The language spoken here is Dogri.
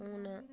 हून